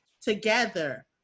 together